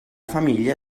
famiglia